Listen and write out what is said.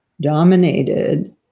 dominated